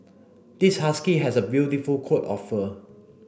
this husky has a beautiful coat of fur